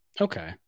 okay